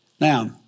Now